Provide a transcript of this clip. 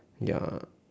ya